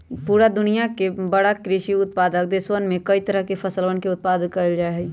पूरा दुनिया के बड़ा कृषि उत्पादक देशवन में कई तरह के फसलवन के उत्पादन कइल जाहई